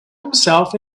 himself